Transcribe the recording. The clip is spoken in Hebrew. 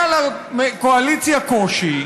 היה לקואליציה קושי,